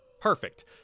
Perfect